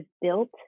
built